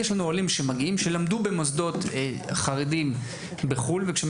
יש עולים שלמדו במוסדות חרדיים בחו"ל וכשהם